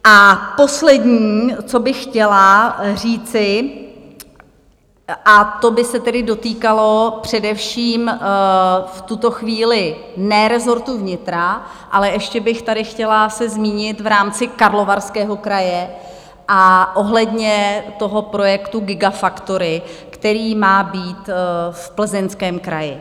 A poslední, co bych chtěla říci, a to by se tedy dotýkalo především v tuto chvíli ne rezortu vnitra, ale ještě bych tady chtěla se zmínit v rámci Karlovarského kraje a ohledně toho projektu gigafactory, který má být v Plzeňském kraji.